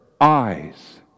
eyes